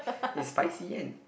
is spicy and